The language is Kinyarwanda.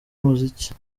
umuziki